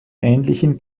ähnlichen